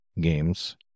games